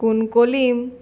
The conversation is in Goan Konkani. कुंकोलीम